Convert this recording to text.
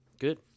Good